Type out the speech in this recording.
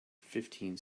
fifteen